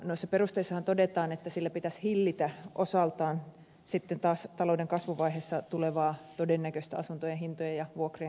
noissa perusteissahan todetaan että sillä pitäisi hillitä osaltaan sitten taas talouden kasvuvaiheessa tulevaa todennäköistä asuntojen hintojen ja vuokrien korotuspainetta